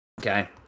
Okay